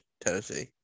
Tennessee